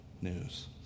news